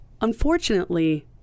Unfortunately